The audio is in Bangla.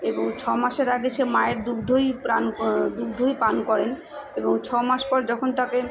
এবং ছ মাসের আগে সে মায়ের দুগ্ধই পান দুগ্ধই পান করে এবং ছ মাস পর যখন তাকে